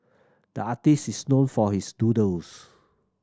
the artist is known for his doodles